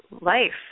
life